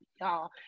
y'all